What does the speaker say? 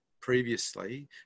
previously